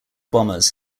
bombers